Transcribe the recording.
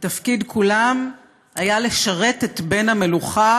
ותפקיד כולם היה לשרת את בן המלוכה,